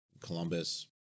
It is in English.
columbus